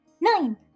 Nine